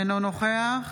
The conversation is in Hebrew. אינו נוכח